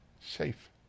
Safe